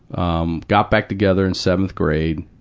um, got back together in seventh grade,